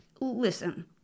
listen